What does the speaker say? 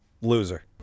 loser